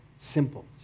simple